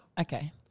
Okay